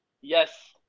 yes –